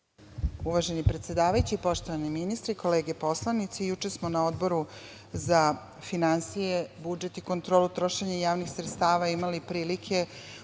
Uvaženi predsedavajući, poštovani ministre, kolege poslanici, juče smo na Odboru za finansije, budžet i kontrolu trošenja javnih sredstava imali prilike